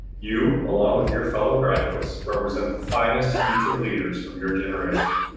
you along with your fellow graduates represent the finest future leaders of your generation.